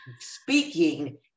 speaking